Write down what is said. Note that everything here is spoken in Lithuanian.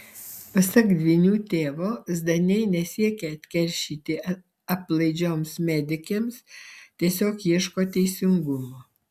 pasak dvynių tėvo zdaniai nesiekia atkeršyti aplaidžioms medikėms tiesiog ieško teisingumo